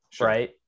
right